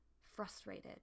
frustrated